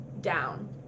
down